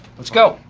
let's go!